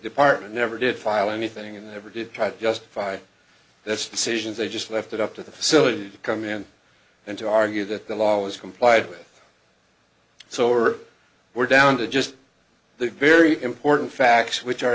department never did file anything and never did try to justify this decisions they just left it up to the facility to come in and to argue that the law was complied with so we're we're down to just the very important facts which are